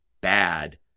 bad